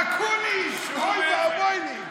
אקוניס, אוי ואבוי לי.